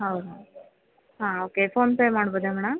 ಹೌದೌದು ಹಾಂ okay PhonePe ಮಾಡ್ಬೋದೇ ಮೇಡಂ